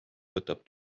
võtab